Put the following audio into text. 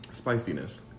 spiciness